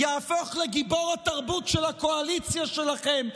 יהפוך לגיבור התרבות של הקואליציה שלכם,